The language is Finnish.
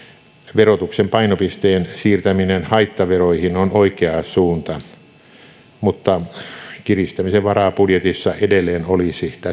verotuksen painopisteen siirtäminen haittaveroihin on oikea suunta mutta kiristämisen varaa budjetissa edelleen olisi